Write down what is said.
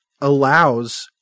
allows